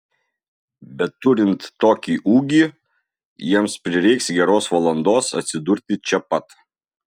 bet turint tokį ūgį jiems prireiks geros valandos atsidurti čia pat